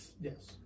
Yes